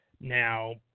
Now